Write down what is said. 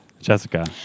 Jessica